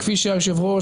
וכפי שהיושב-ראש,